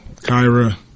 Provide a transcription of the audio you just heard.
Kyra